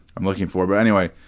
i'm looking for. but anyway,